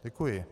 Děkuji.